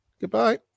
Goodbye